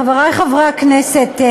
חברי חברי הכנסת,